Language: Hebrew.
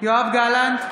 יואב גלנט,